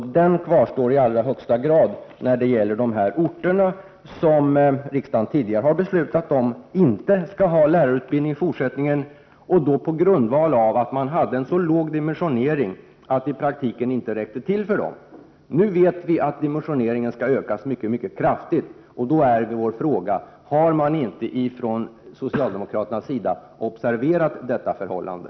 Denna kvarstår således i allra högsta grad när det gäller de orter som riksdagen tidigare har beslutat om och som i fortsättningen inte skall ha någon lärarutbildning. Beslutet fattades ju på grundval av dimensioneringen, som var så ringa att det i praktiken innebar att det inte fanns något underlag för verksamheten. Nu vet vi att dimensioneringen skall utökas mycket kraftigt, och då är vår fråga: Har man från socialdemokraternas sida inte observerat detta förhållande?